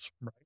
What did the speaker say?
right